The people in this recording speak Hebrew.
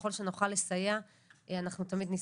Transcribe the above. וככל שנוכל לסייע אנחנו תמיד נשמח.